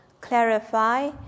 clarify